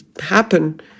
happen